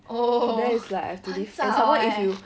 oh 很早 eh